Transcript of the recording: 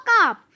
up